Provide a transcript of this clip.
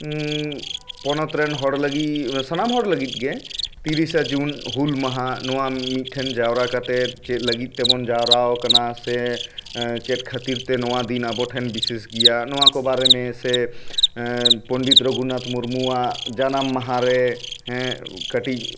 ᱯᱚᱱᱚᱛ ᱨᱮᱱ ᱦᱚᱲ ᱞᱟᱹᱜᱤᱫ ᱥᱟᱱᱟᱢ ᱦᱚᱲ ᱞᱟᱹᱜᱤᱫ ᱜᱮ ᱛᱤᱨᱤᱥᱟ ᱡᱩᱱ ᱦᱩᱞ ᱢᱟᱦᱟ ᱱᱚᱣᱟ ᱢᱤᱫ ᱴᱷᱮᱱ ᱡᱟᱣᱨᱟ ᱠᱟᱛᱮ ᱪᱮᱫ ᱞᱟᱹᱜᱤᱫ ᱛᱮᱵᱚᱱ ᱡᱟᱣᱨᱟ ᱟᱠᱟᱱᱟ ᱥᱮ ᱪᱮᱫ ᱠᱷᱟᱹᱛᱤᱨ ᱛᱮ ᱱᱚᱣᱟ ᱫᱤᱱ ᱟᱵᱚᱴᱷᱮᱱ ᱵᱤᱥᱮᱥ ᱜᱮᱭᱟ ᱱᱚᱣᱟ ᱠᱚ ᱵᱟᱨᱮ ᱢᱮ ᱥᱮ ᱯᱚᱱᱰᱤᱛ ᱨᱚᱜᱷᱩᱱᱟᱛ ᱢᱩᱨᱢᱩᱟᱜ ᱡᱟᱱᱟᱢ ᱢᱟᱦᱟ ᱨᱮ ᱠᱟᱹᱴᱤᱡ